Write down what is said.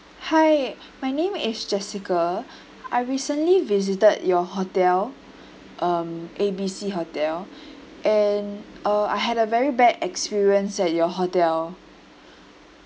hi my name is jessica I recently visited your hotel um A B C hotel and uh I had a very bad experience at your hotel